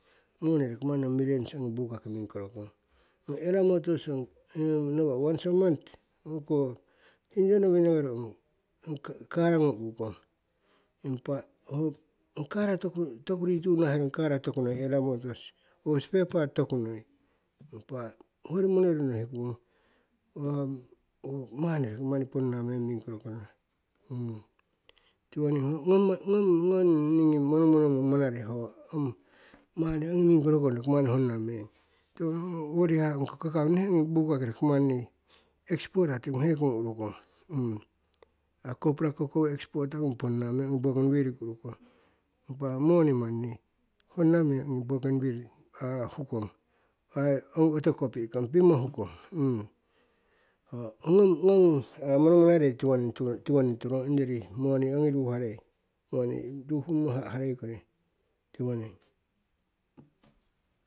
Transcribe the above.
Moni roki mani ong millions ongi buka ki mingkoro kong. Ong ela motors nawa' once a month o'ko hinyo nowinna kori ong kara ngung uhukong impa ong kara toku rituyu nahaherong ong kara tokunoi ela motors ki or spare part tokunoi, impa hoyori monoiro nohikung owo mani roki mani ponna meng mingkoro kono. Ngom ningi monomonomo manare ho moni roki manni honnna mingkoro kono, kakau ne ongi buka ki exporter tingu hekongu urukong, cocoa, copra exporter ngung ponna meng ongi bougainville ki urukong impa ho moni mani honna meng ongi bougainville hukong, ai owotiwo kopiikong, pimo hukong. Ngong monamonarei tiwoning turong ong yori moni ongi ruharei, moni ruhummo ha'harei kori, tiwoning.